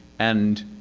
and